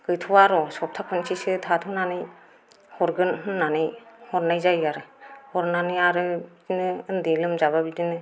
गैथ'वा र' सप्ता खनसेसो थाथ'नानै हरगोन होन्नानै हरनाय जायो आरो हरनानै आरो बिदिनो उन्दै लोमजाबा बिदिनो